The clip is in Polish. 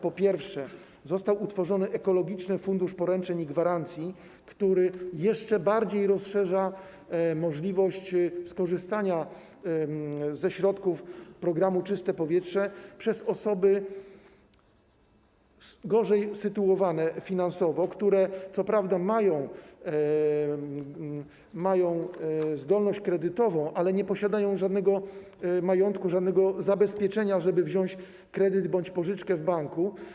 Po pierwsze, został utworzony Ekologiczny Fundusz Poręczeń i Gwarancji, który jeszcze bardziej rozszerza możliwość skorzystania ze środków z programu „Czyste powietrze” przez osoby gorzej sytuowane finansowo, które co prawda mają zdolność kredytową, ale nie posiadają żadnego majątku, żadnego zabezpieczenia, żeby wziąć kredyt bądź pożyczkę w banku.